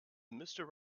mister